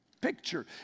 Picture